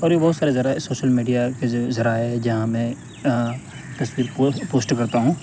اور یہ بہت سارے ذرائع سوشل میڈیا کے ذرائع جہاں میں تصویر پوسٹ کرتا ہوں